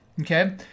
okay